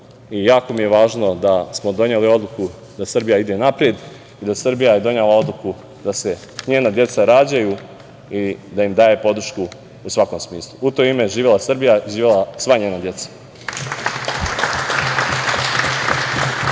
i jako mi je važno da smo doneli odluku da Srbija ide napred i da je Srbija donela odluku da se njena deca rađaju i da im daje podršku u svakom smislu.U to ime, živela Srbija, živela sva njena deca.